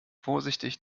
vorsichtig